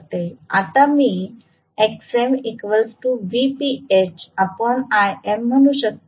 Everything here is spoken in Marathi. आता मी म्हणू शकते